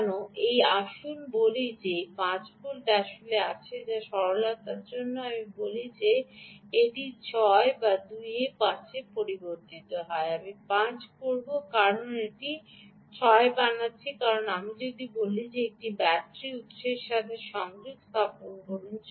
কেন এই আসুন বলি যে এই 5 ভোল্ট আসলে আসছে তা সরলতার জন্য বলি আমি এটি 6 করব 5 এর পরিবর্তে ভোল্টগুলি আমি 6 তৈরি করব কারণ আমি এটি 6 বানাচ্ছি কারণ আমি বলি যে এটি একটি ব্যাটারি উত্সের সাথে সংযোগ স্থাপন করুন